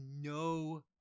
no